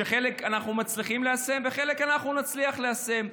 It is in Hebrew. שחלק מהם אנחנו מצליחים ליישם וחלק מהם אנחנו נצליח ליישם.